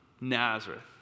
Nazareth